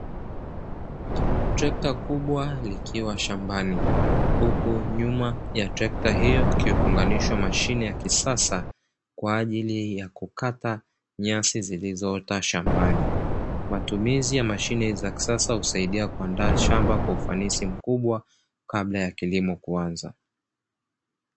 Trekta kubwa likiwa shambani huku nyuma ya trekta hiyo kukiunganishwa mashine ya kisasa kwa ajili ya kukata nyasi zilizoota shambani, matumizi ya mashine za kisasa husaidia kuandaa shamba kwa ufanisi mkubwa kabla ya kilimo kuanza.